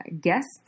guests